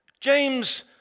James